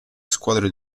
squadre